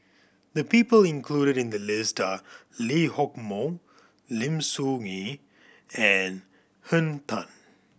the people included in the list are Lee Hock Moh Lim Soo Ngee and Henn Tan